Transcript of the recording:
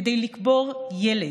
כדי לקבור ילד.